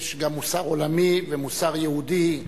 יש גם מוסר עולמי ומוסר יהודי,